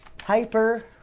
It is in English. hyper